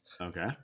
okay